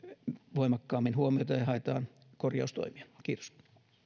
voimakkaammin huomiota ja haetaan korjaustoimia kiitos